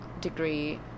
degree